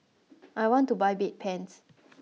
I want to buy Bedpans